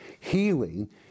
Healing